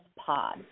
pod